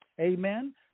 Amen